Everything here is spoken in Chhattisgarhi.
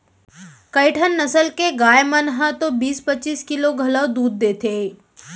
कइठन नसल के गाय मन ह तो बीस पच्चीस किलो घलौ दूद देथे